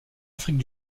afrique